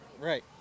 Right